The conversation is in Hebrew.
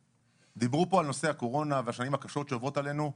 דיברו פה על נושא הקורונה והשנים הקשות שעוברות עלינו.